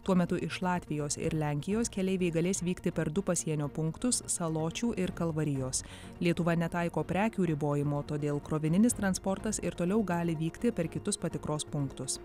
tuo metu iš latvijos ir lenkijos keleiviai galės vykti per du pasienio punktus saločių ir kalvarijos lietuva netaiko prekių ribojimo todėl krovininis transportas ir toliau gali vykti per kitus patikros punktus